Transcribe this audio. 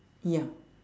ya